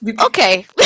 Okay